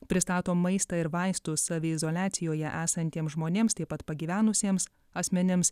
pristato maistą ir vaistus saviizoliacijoje esantiems žmonėms taip pat pagyvenusiems asmenims